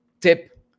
tip